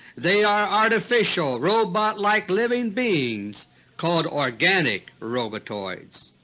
they are artificial, robot-like living beings called organic robotoids.